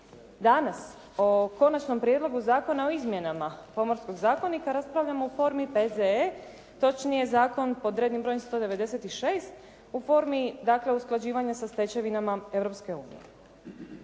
Danas o Konačnom prijedlogu Zakona o izmjenama Pomorskog zakonika raspravljamo u formi P.Z.E., točnije zakon pod rednim brojem 196 u formi dakle usklađivanja sa stečevinama